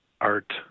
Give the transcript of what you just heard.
Art